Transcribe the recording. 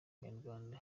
abanyarwanda